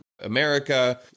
America